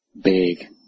big